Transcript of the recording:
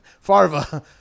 Farva